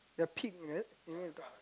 the pink is it